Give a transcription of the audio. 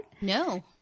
No